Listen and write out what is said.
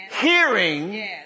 hearing